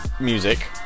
music